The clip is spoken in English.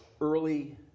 early